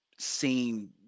seen